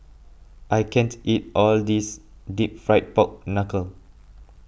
I can't eat all this Deep Fried Pork Knuckle